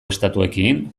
estatuekin